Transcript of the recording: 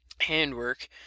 handwork